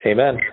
Amen